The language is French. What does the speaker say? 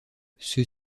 ceux